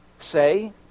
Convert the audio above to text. Say